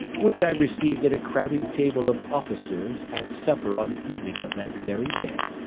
which i received at a crowded table of officers at supper on the evening of that very day.